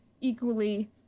equally